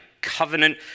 covenant